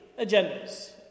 agendas